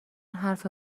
حرف